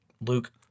Luke